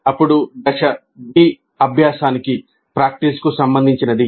అప్పుడు దశ B 'అభ్యాసానికి' సంబంధించినది